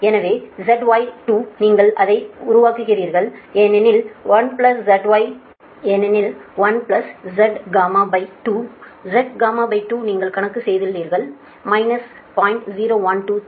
எனவே ZY2 நீங்கள் அதை உருவாக்குகிறீர்கள் ஏனெனில் 1ZY2 ZY2 நீங்கள் கணக்கு செய்தீர்கள் 0